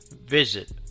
visit